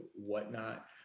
whatnot